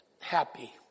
happy